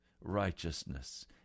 righteousness